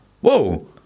whoa